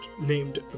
named